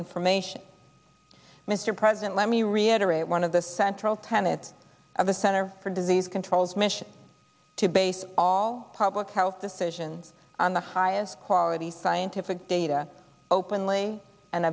information mr president let me reiterate one of the central tenets of the center for disease control's mission to base our public house decision on the highest quality scientific data openly and